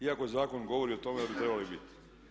Iako zakon govori o tome da bi trebali biti.